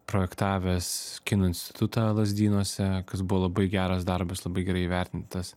projektavęs kino institutą lazdynuose kas buvo labai geras darbas labai gerai įvertintas